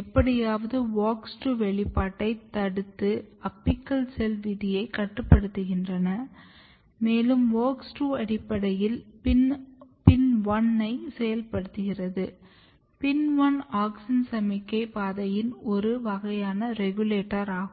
எப்படியாவது WOX2 வெளிப்பாட்டை தடுத்து அபிக்கல் செல் விதியைக் கட்டுப்படுத்துகின்றன மேலும் WOX2 அடிப்படையில் PIN1 ஐ செயல்படுத்துகிறது PIN1 ஆக்ஸின் சமிக்ஞை பாதையின் ஒரு வகையான regulator ஆகும்